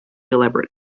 elaborate